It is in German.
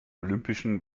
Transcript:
olympischen